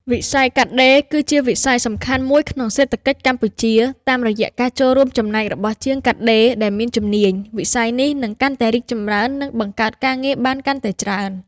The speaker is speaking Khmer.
វិស័យកាត់ដេរគឺជាវិស័យសំខាន់មួយក្នុងសេដ្ឋកិច្ចកម្ពុជា តាមរយៈការចូលរួមចំណែករបស់ជាងកាត់ដេរដែលមានជំនាញ វិស័យនេះនឹងកាន់តែរីកចម្រើន និងបង្កើតការងារបានកាន់តែច្រើន។